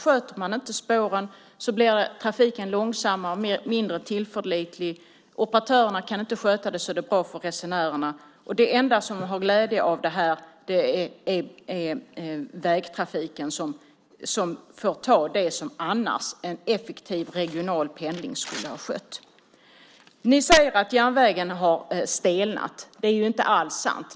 Sköter man inte spåren, blir trafiken långsammare, mindre tillförlitlig, och operatörerna kan inte sköta det så att det blir bra för resenärerna. Det enda som har glädje av det här är vägtrafiken, som får ta det som en effektiv regional pendling annars skulle ha skött. Ni säger att järnvägen har stelnat. Det är ju inte alls sant.